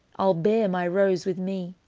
ile beare my rose with mee.